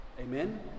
Amen